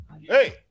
Hey